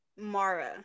Mara